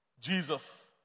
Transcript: Jesus